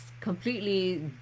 completely